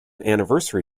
anniversary